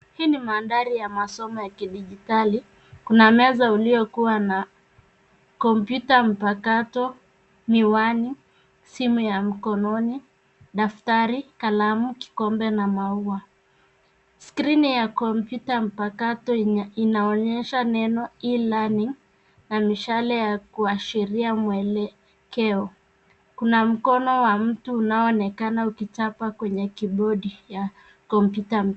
Hii ni mandhari ya masomo ya kidijitali. Kuna meza uliyokuwa na kompyuta mpakato, miwani , simu ya mkononi , daftari , kalamu , kikombe na maua. Skrini ya kompyuta mpakato inaonyesha neno e-learning na mishale ya kuashiria mwelekeo. Kuna mkono wa mtu unaoonekana ukitapa kwenye kibodi ya kompyuta.